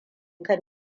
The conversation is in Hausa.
kan